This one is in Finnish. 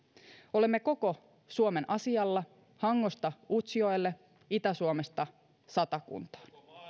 olemme koko suomen asialla hangosta utsjoelle itä suomesta satakuntaan